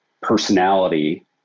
personality